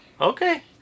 Okay